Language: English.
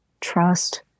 trust